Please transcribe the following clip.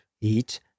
eat